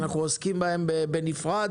אנחנו עוסקים בהם בנפרד.